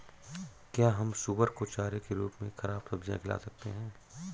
क्या हम सुअर को चारे के रूप में ख़राब सब्जियां खिला सकते हैं?